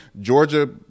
Georgia